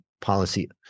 Policy